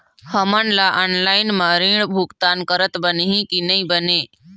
हमन ला ऑनलाइन म ऋण भुगतान करत बनही की नई बने?